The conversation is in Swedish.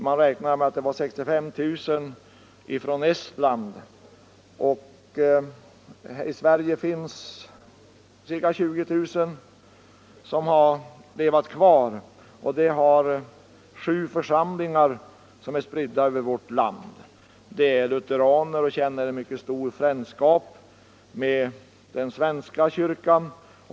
Man räknar med att det var 65 000 människor från Estland, av vilka det fortfarande finns ca 20 000 kvar här. De har sju församlingar spridda över landet. De är lutheraner som känner en mycket stor frändskap med den svenska kyrkan.